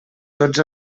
tots